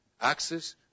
access